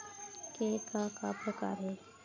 के का का प्रकार हे?